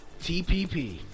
TPP